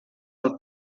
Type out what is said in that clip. del